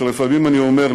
שלפעמים אני אומר,